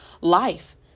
life